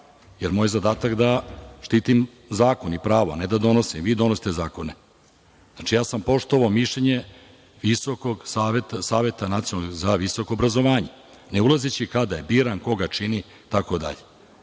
jer moj zadatak je da štitim zakon i pravo, a ne da donosim. Vi donosite zakone. Znači, ja sam poštovao mišljenje Saveta za visoko obrazovanje, ne ulazeći kada je biran, ko ga čini itd. Znači,